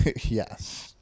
Yes